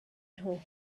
nhw